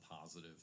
positive